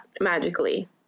magically